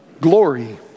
glory